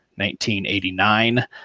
1989